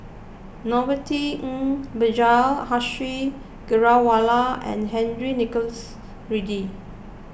Norothy Ng Vijesh Ashok Ghariwala and Henry Nicholas Ridley